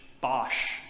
Bosch